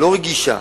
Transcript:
הלא-רגישה,